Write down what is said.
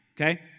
Okay